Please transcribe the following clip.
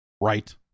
right